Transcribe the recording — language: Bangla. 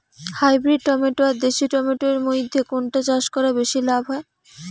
হাইব্রিড টমেটো আর দেশি টমেটো এর মইধ্যে কোনটা চাষ করা বেশি লাভ হয়?